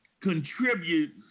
contributes